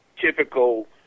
typical